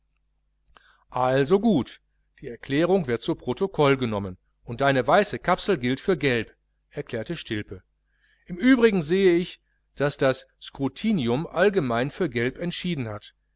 also gut die erklärung wird zu protokoll genommen und deine weiße kapsel gilt für gelb erklärte stilpe im übrigen sehe ich daß das skrutinium allgemein für gelb entschieden hat